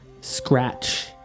scratch